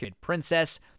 Princess